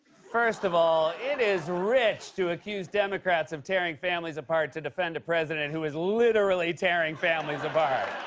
first of all, it is rich to accuse democrats of tearing families apart to defend a president who is literally tearing families apart.